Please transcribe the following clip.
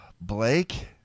Blake